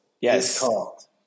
yes